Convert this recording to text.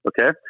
Okay